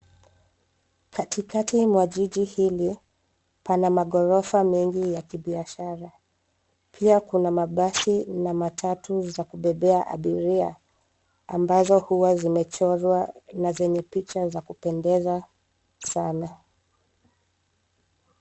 Katikati mwa jiji hili pana maghorofa mengi ya kibiashara. Pia kuna mabasi na matatu za kubebea abiria, ambazo huwa zimechorwa na zenye picha za kupendeza sana.